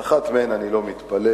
על אחת מהן אני לא מתפלא,